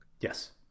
Yes